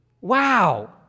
wow